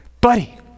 Buddy